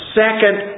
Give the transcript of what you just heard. second